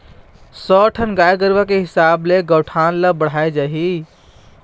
सौ ठन गाय गरूवा के हिसाब ले गौठान ल बड़हाय जाही